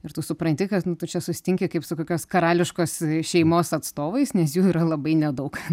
ir tu supranti kad tu čia susitinki kaip su kokios karališkos šeimos atstovais nes jų yra labai nedaug